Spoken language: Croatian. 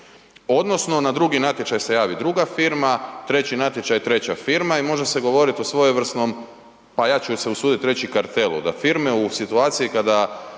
odnosno na drugi natječaj se javi druga firma, treći natječaj treća firma i može se govoriti o svojevrsnom pa ja ću se usuditi reći kartelu, da firme u situaciji kada